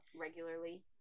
regularly